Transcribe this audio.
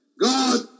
God